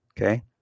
Okay